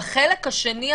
בחלק השני,